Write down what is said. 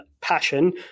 passion